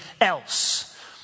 else